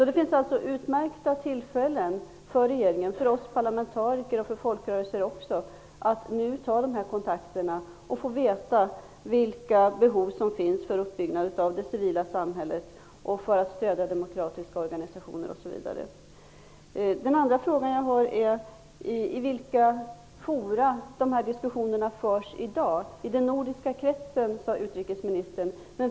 Det finns således utmärkta tillfällen för regeringen, oss parlamentariker och folkrörelser att ta kontakter, få veta vilka behov det finns i samband med uppbyggnaden av det civila samhället, stödja demokratiska organisationer osv. I vilka fora förs dessa diskussioner i dag? Utrikesministern nämnde den nordiska kretsen.